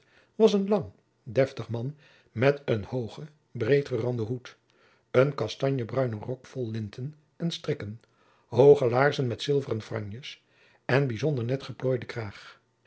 was een lang deftig man met een hoogen breedgeranden hoed een kastanjebruinen rok vol linten en strikken hooge laarzen met zilveren franjes en bijzonder net geplooide kraag